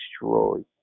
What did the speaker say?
destroyed